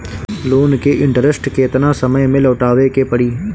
Loan के interest केतना समय में लौटावे के पड़ी?